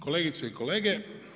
kolegice i kolege.